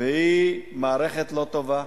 והיא מערכת לא טובה,